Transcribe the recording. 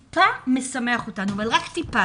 אגב, זה טיפה משמח אותנו, אבל רק טיפה.